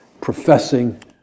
professing